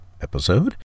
episode